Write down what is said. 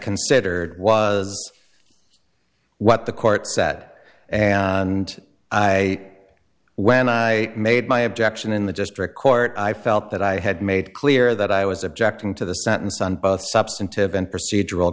considered was what the court said and i when i made my objection in the district court i felt that i had made clear that i was objecting to the sentence on both substantive and procedural